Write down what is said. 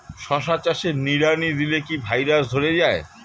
শশা চাষে নিড়ানি দিলে কি ভাইরাস ধরে যায়?